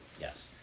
yes.